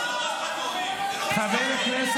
וגם אם לא,